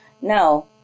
Now